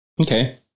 Okay